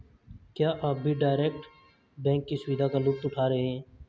क्या आप भी डायरेक्ट बैंक की सुविधा का लुफ्त उठा रहे हैं?